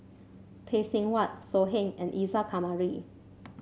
Phay Seng Whatt So Heng and Isa Kamari